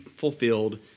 fulfilled